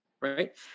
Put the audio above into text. right